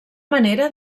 manera